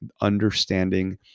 understanding